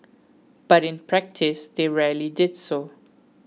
but in practice they rarely did so